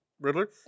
Riddler